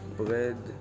bread